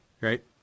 Right